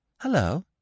hello